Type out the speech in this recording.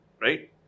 right